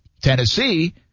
Tennessee